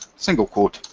single quote,